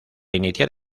iniciar